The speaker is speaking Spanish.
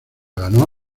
ganó